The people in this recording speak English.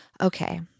Okay